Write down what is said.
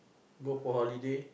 go for holiday